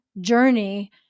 journey